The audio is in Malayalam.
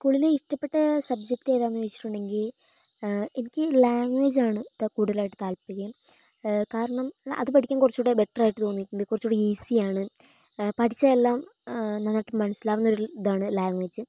സ്കൂളിലെ ഇഷ്ടപ്പെട്ട സബ്ജെക്ട് ഏതാണെന്ന് വച്ചിട്ടുണ്ടെങ്കിൽ എനിക്ക് ഈ ലാംഗ്വേജാണ് കൂടുതലായിട്ട് താൽപര്യം കാരണം അതു പഠിക്കാൻ കുറച്ചുകൂടി ബെറ്ററായിട്ട് തോന്നിയിട്ടുണ്ട് കുറച്ചുകൂടി ഈസിയാണ് പഠിച്ചതെല്ലാം നമുക്ക് മനസ്സിലാവുന്ന ഒരിതാണ് ലാംഗ്വേജ്